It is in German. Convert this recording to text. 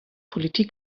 politik